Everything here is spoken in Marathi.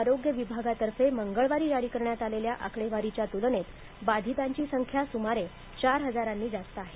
आरोग्य विभागातर्फे मंगळवारी जारी करण्यात आलेल्या आकडेवारीच्या तुलनेत बाधितांची संख्या सुमारे चार हजारांनी जास्त आहे